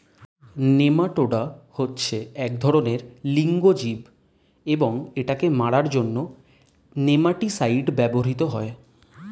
nematoda হচ্ছে এক ধরণের এক লিঙ্গ জীব এবং এটাকে মারার জন্য নেমাটিসাইড ব্যবহৃত হয়